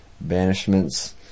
banishments